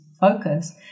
focus